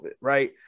right